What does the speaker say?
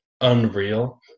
unreal